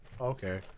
Okay